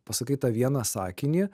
pasakai tą vieną sakinį